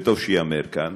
וטוב שייאמר כאן,